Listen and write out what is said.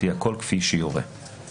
הכול כפי שיורה".